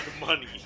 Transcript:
money